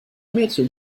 mädchen